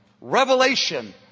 Revelation